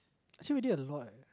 actually we did a lot leh